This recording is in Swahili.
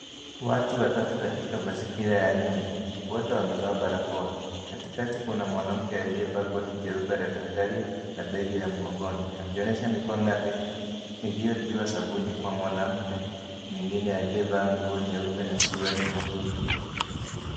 Watu watatu katika mazingira ya nje. Wote wamevaa barakoa. Katikati kuna mwanamke aliyevaa koti jeupe la daktari na begi la mgongoni akionesha mikono yake iliyotiwa sabuni kwa mwanamke mwingine aliyevaa nguo nyeupe na suruali nyekundu.